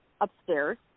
upstairs